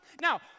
now